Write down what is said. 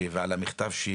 וחקלאיים